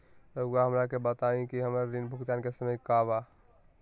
रहुआ हमरा के बताइं कि हमरा ऋण भुगतान के समय का बा?